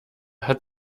hat